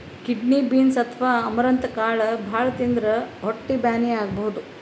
kidney beans ಅಥವಾ amaranth ಕಾಳ್ ಭಾಳ್ ತಿಂದ್ರ್ ಹೊಟ್ಟಿ ಬ್ಯಾನಿ ಆಗಬಹುದ್